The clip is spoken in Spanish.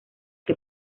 que